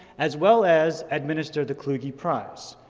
as well as administer the kluge prize,